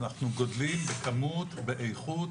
אנחנו גדלים בכמות ובאיכות,